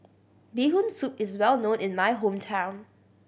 Bee Hoon Soup is well known in my hometown